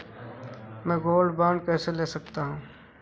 मैं gold bond कैसे ले सकता हूँ?